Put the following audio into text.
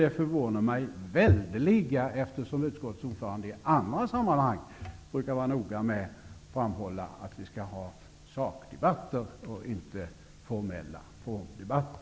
Det förvånar mig väldigt mycket, eftersom utskottets ordförande i andra sammanhang brukar vara noga med att framhålla att vi skall ha sakdebatter och inte formdebatter.